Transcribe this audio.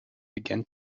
began